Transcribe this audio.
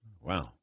Wow